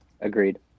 Agreed